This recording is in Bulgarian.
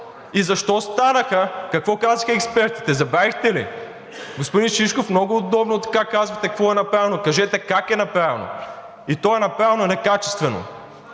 Защо станаха? Какво казаха експертите, забравихте ли? Господин Шишков, много е удобно така да казвате какво е направено, но кажете как е направено. И то е направено некачествено!